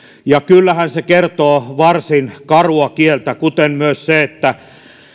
ja kyllähän se kertoo varsin karua kieltä kuten myös se että